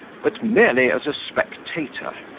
but merely as a spectator,